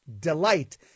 delight